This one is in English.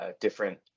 different